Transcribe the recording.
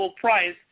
price